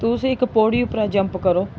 तुस इक पौड़ी उप्परा जंप करो